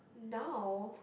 now